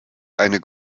eine